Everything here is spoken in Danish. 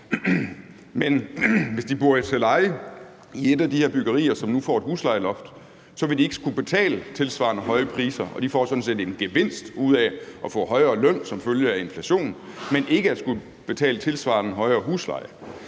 men hvis de bor til leje i et af de her byggerier, som nu får et huslejeloft, vil de ikke skulle betale en tilsvarende høj husleje. De får sådan set en gevinst ud af at få en højere løn, som følge af inflationen, men de skal ikke tilsvarende betale en højere husleje.